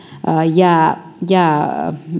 jää jää